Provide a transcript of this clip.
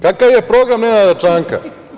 Kakav je program Nenada Čanka?